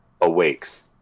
awakes